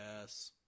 Yes